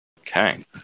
Okay